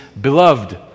Beloved